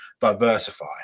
diversify